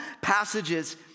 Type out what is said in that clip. passages